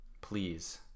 please